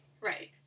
right